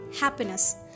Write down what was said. happiness